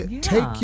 take